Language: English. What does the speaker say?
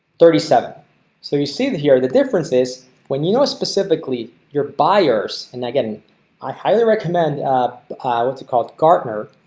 thirty seven so you see that here the difference is when you know specifically your buyers and i getting i highly recommend what's it called gartner.